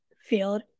field